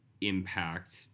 impact